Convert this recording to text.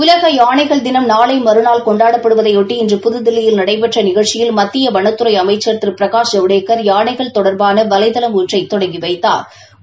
உலக யானைகள் தினம் நாளை மறுநாள் கொண்டாடப் படுவதையொட்டி இன்று புதுதில்லியில் நடைபெற்ற நிகழ்ச்சியில் மத்திய வனத்துறை அமைச்சர் திரு பிரகாஷ் ஜவடேக்கர் யானைகள் தொடர்பான வலைதளம் ஒன்றை இன்று தொடங்கி வைத்தாா்